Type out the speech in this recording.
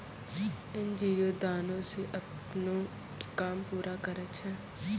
NGO दानो से अपनो काम पूरा करै छै